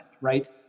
right